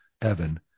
Evan